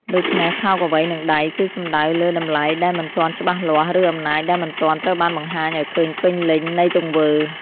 ដូច្នេះ "ថោកអ្វីនឹងដៃ" គឺសំដៅលើ តម្លៃដែលមិនទាន់ច្បាស់លាស់ ឬ អំណាចដែលមិនទាន់ត្រូវបានបង្ហាញឱ្យឃើញពេញលេញ នៃទង្វើ។